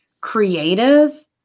creative